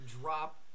drop